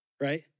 right